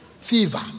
fever